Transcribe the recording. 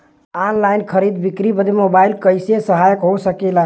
Online खरीद बिक्री बदे मोबाइल कइसे सहायक हो सकेला?